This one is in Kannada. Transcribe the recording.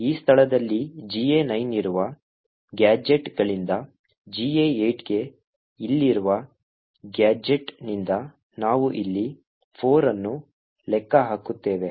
ಈ ಸ್ಥಳದಲ್ಲಿ GA 9 ಇರುವ ಗ್ಯಾಜೆಟ್ಗಳಿಂದ GA 8 ಗೆ ಇಲ್ಲಿರುವ ಗ್ಯಾಜೆಟ್ನಿಂದ ನಾವು ಇಲ್ಲಿ 4 ಅನ್ನು ಲೆಕ್ಕ ಹಾಕುತ್ತೇವೆ